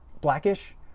Blackish